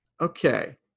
okay